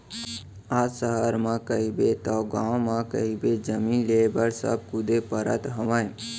आज सहर म कहिबे तव गाँव म कहिबे जमीन लेय बर सब कुदे परत हवय